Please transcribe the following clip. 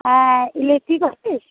হ্যাঁ electric office